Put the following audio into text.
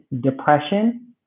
depression